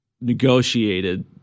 negotiated